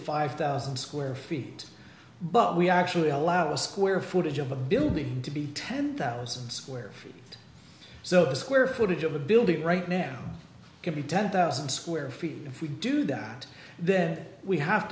five thousand square feet but we actually allow the square footage of a building to be ten thousand square feet so square footage of a building right now could be ten thousand square feet if we do that then we have